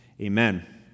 Amen